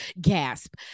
Gasp